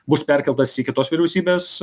bus perkeltas į kitos vyriausybės